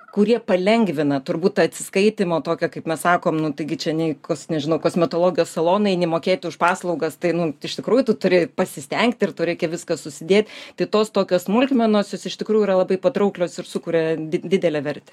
kurie palengvina turbūt tą atsiskaitymo tokią kaip mes sakom nu taigi čia nei kas nežinau kosmetologijos saloną eini mokėti už paslaugas tai nu iš tikrųjų turi pasistengti ir to reikia viską susidėt tai tos tokios smulkmenos jos iš tikrųjų yra labai patrauklios ir sukuria didelę vertę